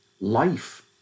life